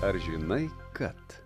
ar žinai kad